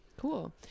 cool